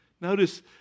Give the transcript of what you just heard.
Notice